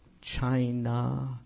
China